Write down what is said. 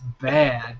bad